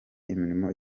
imirimo